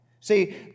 See